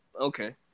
Okay